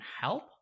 help